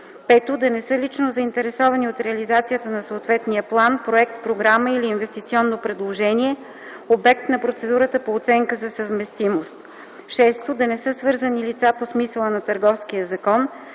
5. да не са лично заинтересовани от реализацията на съответния план, проект, програма или инвестиционно предложение – обект на процедурата по оценка за съвместимост; 6. да не са свързани лица по смисъла на Търговския закон;